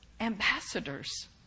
Ambassadors